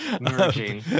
Merging